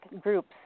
groups